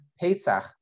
Pesach